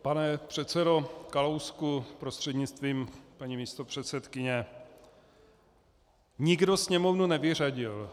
Pane předsedo Kalousku prostřednictvím paní místopředsedkyně, nikdo Sněmovnu nevyřadil.